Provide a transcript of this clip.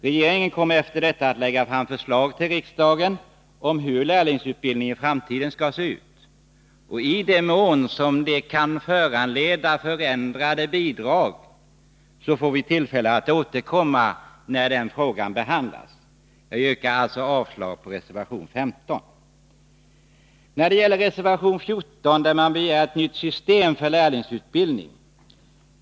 Regeringen kommer därefter att lägga fram förslag till riksdagen om hur lärlingsutbildningen i framtiden skall se ut, och i den mån det kan föranleda förändrade bidrag får vi tillfälle att återkomma när den frågan behandlas. Jag yrkar alltså avslag på reservation 15. I reservation 14 begärs ett nytt system för lärlingsutbildning.